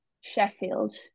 Sheffield